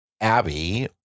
Abby